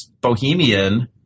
bohemian